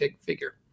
figure